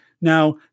Now